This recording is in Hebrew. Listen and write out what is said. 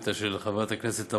חברי חברי הכנסת,